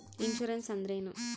Insurance ಅಂದ್ರೇನು?